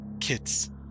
Kids